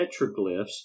petroglyphs